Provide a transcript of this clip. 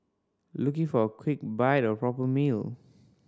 looking for a quick bite or a proper meal